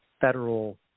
federal